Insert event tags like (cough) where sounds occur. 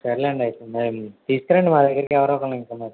సర్లేండి అయితే మేము తీసుకురండి మా దగ్గరకి ఎవరో ఒకర్ని (unintelligible)